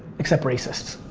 except racists.